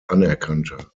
anerkannte